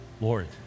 Lord